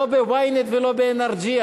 לא ב-ynet ולא ב-nrg,